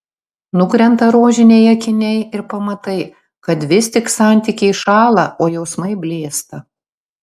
nukrenta rožiniai akiniai ir pamatai kad vis tik santykiai šąla o jausmai blėsta